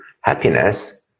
happiness